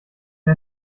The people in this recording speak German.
mir